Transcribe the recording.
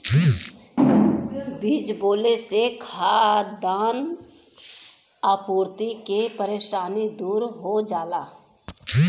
बीज बोले से खाद्यान आपूर्ति के परेशानी दूर हो जाला